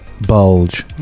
Bulge